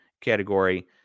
category